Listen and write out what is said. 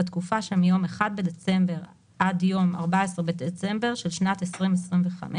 בתקופה שמיום 1 בדצמבר עד יום 14 בדצמבר של שנת 2025,